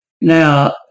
Now